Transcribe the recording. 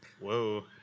Whoa